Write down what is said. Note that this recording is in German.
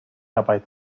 dabei